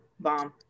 Bomb